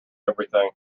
everything